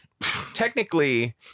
technically